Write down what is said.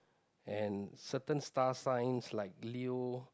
and certain star signs like Leo